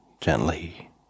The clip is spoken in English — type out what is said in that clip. gently